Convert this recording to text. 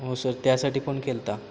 हो सर त्यासाठी फोन केला होता